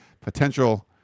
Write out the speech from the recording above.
potential